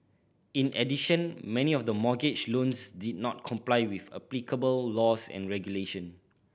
in addition many of the mortgage loans did not comply with applicable laws and regulation